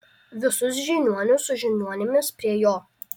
visus žiniuonius su žiniuonėmis prie jo